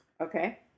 Okay